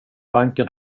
banken